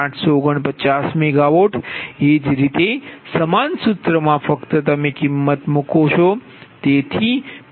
849MWએજ રીતે સમાન સૂત્રમાં ફક્ત તમે કિમત મૂકો છો